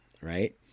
right